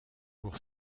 pour